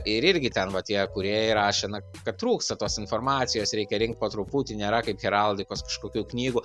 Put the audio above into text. ir irgi ten va tie kurėjai rašė na kad trūksta tos informacijos reikia rinkt po truputį nėra kaip heraldikos kažkokių knygų